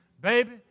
Baby